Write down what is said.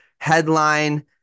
headline